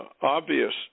obvious